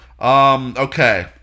Okay